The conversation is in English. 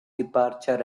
departure